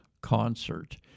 concert